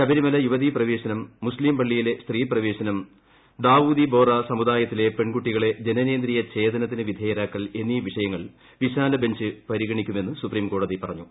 ശബരിമല യുവതീപ്രവേഴ്സ്നം മുസ്തീംപളളിയിലെ സ്ത്രീപ്രവേശനം ദാവൂദിബോറ സമുദായത്തിലെ പെൺകുട്ടികളെ ജനനേന്ദ്രീയ ഛേദനത്തിന് വിധേയരാക്കുക എന്നീ വിഷയങ്ങൾ വിശാലബഞ്ച് പരിഗണിക്കുമെന്ന് സുപ്രീംകോടതി പറഞ്ഞു